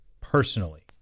personally